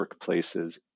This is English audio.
workplaces